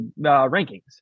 rankings